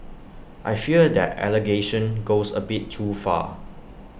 I fear that allegation goes A bit too far